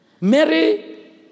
Mary